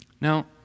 Now